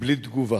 בלי תגובה.